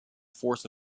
force